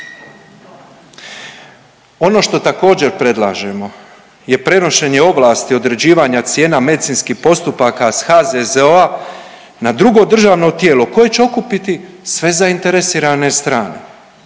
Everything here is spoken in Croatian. Ono što također predlažemo je prenošenje ovlasti određivanja cijena medicinskih postupaka s HZZO-a na drugo državno tijelo koje će okupiti sve zainteresirane strane,